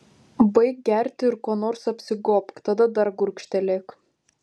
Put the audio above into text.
baik gerti ir kuo nors apsigobk tada dar gurkštelėk